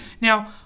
Now